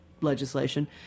legislation